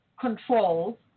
controls